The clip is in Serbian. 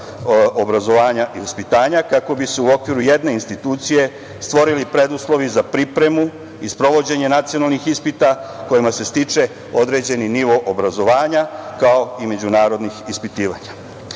obrazovanja i vaspitanja, kako bi se u okviru jedne institucije stvorili uslovi za pripremu i sprovođenje nacionalnih ispita kojima se stiče određeni nivo obrazovanja, kao i međunarodnih ispitivanja. Što